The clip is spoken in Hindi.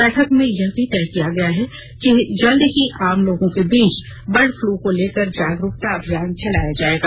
बैठक में यह भी तय किया गया कि जल्द ही आम लोगों के बीच बर्ड फ़लू को लेकर जागरूकता अभियान चलाया जाएगा